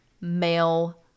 male